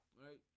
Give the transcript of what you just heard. right